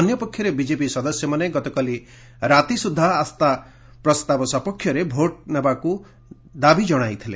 ଅନ୍ୟ ପକ୍ଷରେ ବିଜେପି ସଦସ୍ୟମାନେ ଗତକାଲି ରାତି ସୁଦ୍ଧା ଆସ୍ଥା ପ୍ରସ୍ତାବ ସପକ୍ଷରେ ଭୋଟ୍ ନେବାକୁ ଦାବି ଜଣାଇଥିଲେ